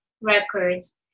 records